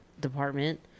department